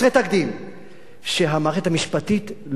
שהמערכת המשפטית לא נאבקת בהם כמו שצריך.